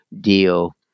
deal